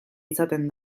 izaten